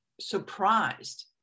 surprised